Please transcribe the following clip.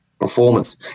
performance